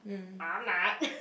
I'm not